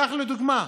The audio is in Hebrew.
כך לדוגמה,